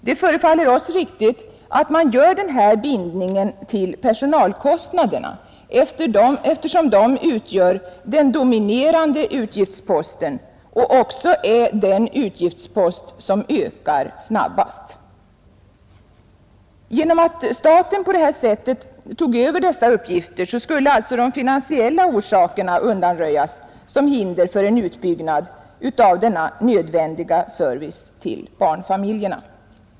Det förefaller oss riktigt att man gör den bindningen till personalkostnaderna, eftersom de utgör den dominerande utgiftsposten och också är den utgiftspost som ökar snabbast. Genom att staten på det här sättet tog över dessa utgifter skulle alltså de finansiella orsakerna undanröjas som hinder för en utbyggnad av denna nödvändiga service till barnfamiljerna.